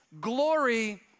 glory